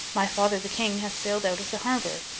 my father the king has sailed out of the harbour.